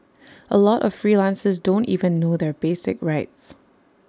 A lot of freelancers don't even know their basic rights